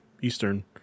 Eastern